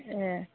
ए